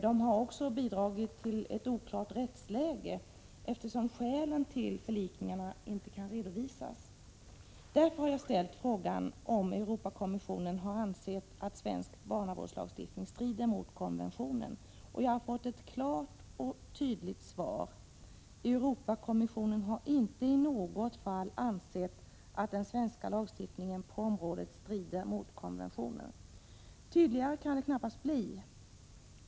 De kan också ha bidragit till ett oklart rättsläge, eftersom skälen till förlikningarna inte kan redovisas. Därför har jag ställt frågan om Europakommissionen har ansett att svensk barnavårdslagstiftning strider mot konventionen. Jag har fått ett klart och tydligt svar: ”Europakommissionen har inte i något fall ansett att den svenska lagstiftningen på området strider mot konventionen.” Tydligare kan det knappast bli.